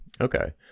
Okay